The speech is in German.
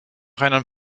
rheinland